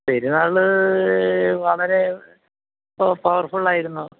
പെരുന്നാൾ വളരെ പവർ ഫുള്ളായിരുന്നു